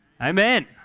Amen